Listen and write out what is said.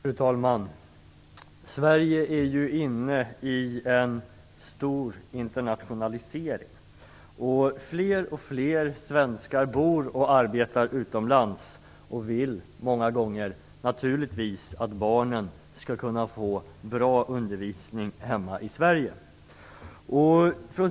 Fru talman! Sverige är ju inne i en stor internationalisering. Fler och fler svenskar bor och arbetar utomlands, och de vill många gånger naturligtvis att barnen skall kunna få bra undervisning hemma i Sverige.